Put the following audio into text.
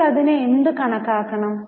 അപ്പോൾ ഇതിനെ എന്ത് കണക്കാക്കണം